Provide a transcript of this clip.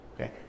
okay